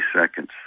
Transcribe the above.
seconds